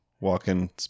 walking